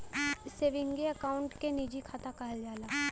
सेवींगे account के निजी खाता कहल जाला